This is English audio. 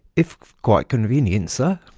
if quite convenient, sir.